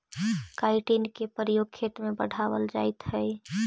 chitin के प्रयोग खेत में बढ़ावल जाइत हई